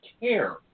care